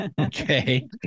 okay